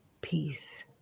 peace